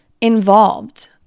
involved